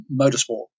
motorsport